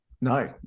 No